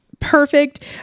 perfect